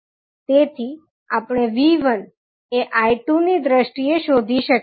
તેથી આપણે 𝑉1 એ 𝐼2 ની દ્રષ્ટિએ શોધી શકીએ છીએ